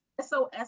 SOS